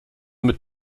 mit